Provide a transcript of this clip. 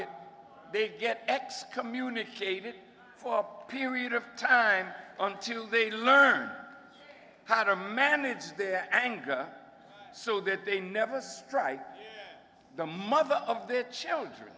it they get excommunicated for a period of time until they learn how to manage their anger so that they never strike the mother of their children